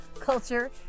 culture